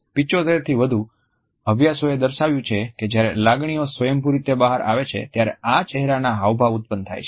75થી વધુ અભ્યાસોએ દર્શાવ્યું છે કે જ્યારે લાગણીઓ સ્વયંભૂ રીતે બહાર આવે છે ત્યારે આ ચહેરાના હાવભાવ ઉત્પન્ન થાય છે